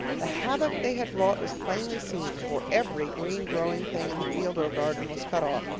the havoc they had wrought was plainly seen, for every green growing thing in the field or garden was cut off.